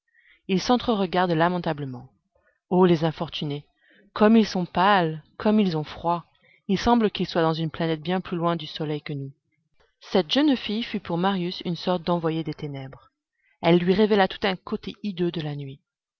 ils s'entreregardent lamentablement ô les infortunés comme ils sont pâles comme ils ont froid il semble qu'ils soient dans une planète bien plus loin du soleil que nous cette jeune fille fut pour marius une sorte d'envoyée des ténèbres elle lui révéla tout un côté hideux de la nuit